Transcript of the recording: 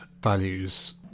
values